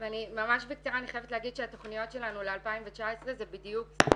וממש בקצרה אני חייבת להגיד שהתכניות שלנו ל-2019 זה בדיוק זה